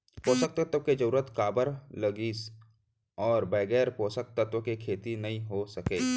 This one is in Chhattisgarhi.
पोसक तत्व के जरूरत काबर लगिस, का बगैर पोसक तत्व के खेती नही हो सके?